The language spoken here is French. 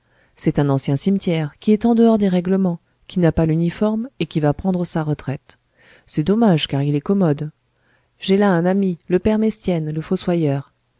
c'est un ancien cimetière qui est en dehors des règlements qui n'a pas l'uniforme et qui va prendre sa retraite c'est dommage car il est commode j'ai là un ami le père mestienne le fossoyeur